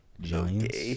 Giants